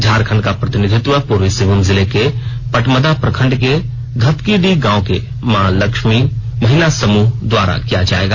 झारखण्ड का प्रतिनिधित्व पूर्वी सिंहभूम जिले के पटमदा प्रखंड के धतकीडीह गांव के मां लक्ष्मी महिला समूह का चयन किया गया है